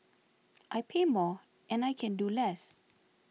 I pay more and I can do less